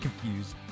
confused